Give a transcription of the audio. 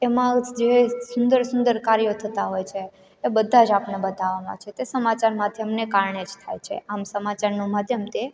એમાં જે સુંદર સુંદર કાર્યો થતાં હોય છે એ બધા જ આપણને બતાવામાં આવે છે તે સમાચાર માધ્યમને કારણેજ થાય છે આમ સમાચારનું માધ્યમ તે